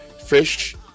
fish